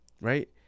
Right